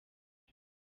bwo